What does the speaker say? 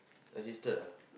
resisted